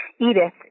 Edith